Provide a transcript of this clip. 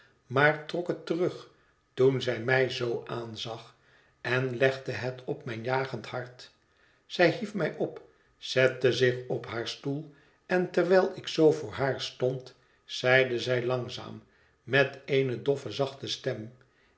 maar trok het terug toen zij mij zoo aanzag en legde het op mijn jagend hart zij hief mij op zette zich op haar stoel en terwijl ik zoo voor haar stond zeide zij langzaam met eene doffe zachte stem